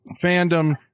fandom